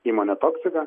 įmonę toksika